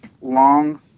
long